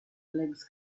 legs